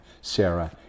Sarah